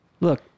Look